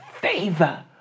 favor